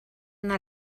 una